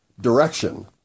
direction